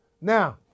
Now